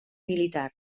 militar